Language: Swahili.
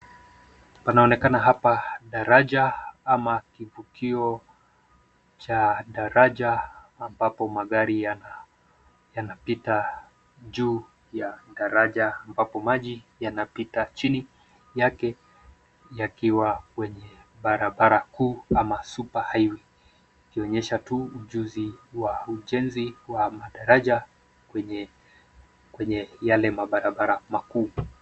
Panaonekana hapa daraja ama kivukio cha daraja ambapo magari yanapita juu ya daraja ambapo maji yanapita chini yake yakiwa kwenye barabara kuu ama super highway ikionyesha tu ujuzi wa ujenzi wa madaraja kwenye, kwenye yale mabarabara makuu.